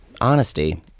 Honesty